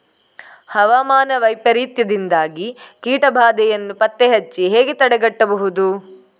ಹವಾಮಾನ ವೈಪರೀತ್ಯದಿಂದಾಗಿ ಕೀಟ ಬಾಧೆಯನ್ನು ಪತ್ತೆ ಹಚ್ಚಿ ಹೇಗೆ ತಡೆಗಟ್ಟಬಹುದು?